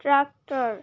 tractor